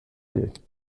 will